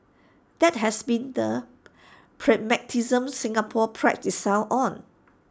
that has been the pragmatism Singapore prides itself on